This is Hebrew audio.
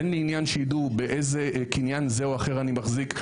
אין לי עניין שידעו באיזה קניין זה או אחר אני מחזיק.